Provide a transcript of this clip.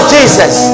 Jesus